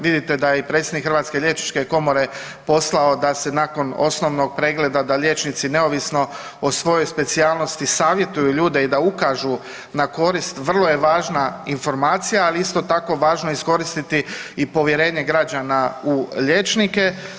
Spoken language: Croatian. Vidite da je i predsjednik HLK poslao da se nakon osnovnog pregleda da liječnici neovisno o svojoj specijalnosti savjetuju ljude i da ukažu na korist vrlo je važna informacija, ali isto tako važno je iskoristiti i povjerenje građana u liječnike.